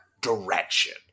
Direction